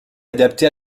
adaptée